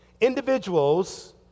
individuals